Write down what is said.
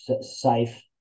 safe